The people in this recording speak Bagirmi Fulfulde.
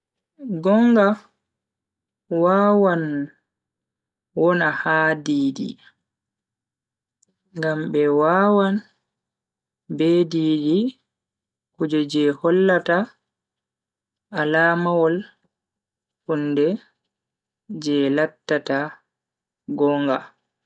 Gonga wawan wona ha di-di ngam be wawan be di-di kuje je hollata alamawol hunde je lattata gonga.